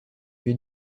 lieu